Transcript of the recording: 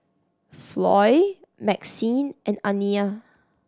Floy Maxine and Aniya